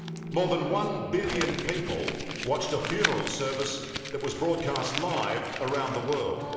more than one billion people watched a funeral service that was broadcast live around the world